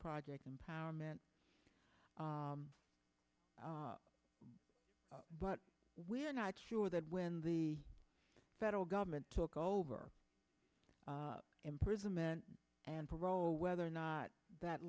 project empowerment but we're not sure that when the federal government took over imprisonment and parole whether or not that